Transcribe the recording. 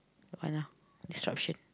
what lah disruption